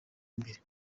imbere